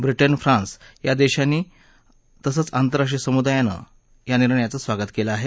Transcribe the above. Britain France या देशानं आंतरराष्ट्रीय समुदायानं या निर्णयाचं स्वागत केलं आहे